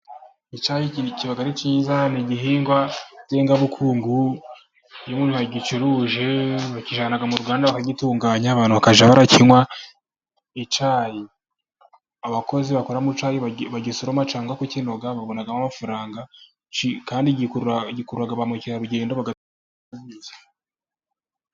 Icyayi kiba ari cyiza ni igihingwa ngengabukungu. Iyo umuntu yagicuruje bakijyana mu ruganda bakagitunganya, abantu bakajya bakinywa. Icyayi abakozi bakora mu cyayi bagisoroma cyangwa kukinoga babonamo amafaranga, kandi gikurura ba mukerarugendo baga...